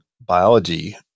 biology